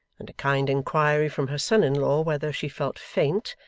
and a kind inquiry from her son-in-law whether she felt faint,